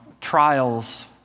trials